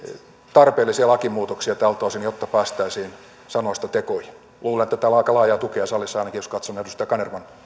tarpeellisia lakimuutoksia tältä osin jotta päästäisiin sanoista tekoihin luulen että tällä on aika laajaa tukea salissa ainakin jos katsomme edustaja kanervan